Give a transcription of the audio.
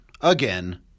again